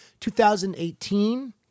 2018